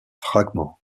fragments